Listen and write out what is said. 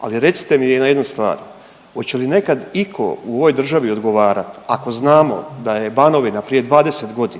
Ali recite mi jednu stvar, oće li nekad iko u ovoj državi odgovarat ako znamo da je Banovina prije 20.g.